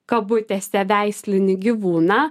kabutėse veislinį gyvūną